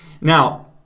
Now